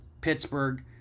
Pittsburgh